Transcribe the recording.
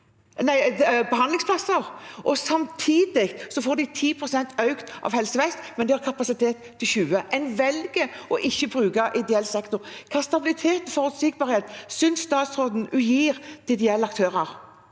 000 behandlingsplasser. Samtidig får de 10 pst. økning av Helse Vest, men de har kapasitet til 20. En velger å ikke bruke ideell sektor. Hvilken stabilitet og forutsigbarhet synes statsråden hun gir ideelle aktører?